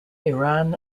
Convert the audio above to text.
iran